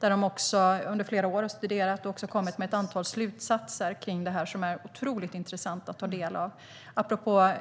De har under flera år studerat och kommit fram till ett antal slutsatser kring detta som är otroligt intressanta att ta del av - apropå